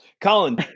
Colin